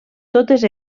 totes